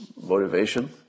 motivation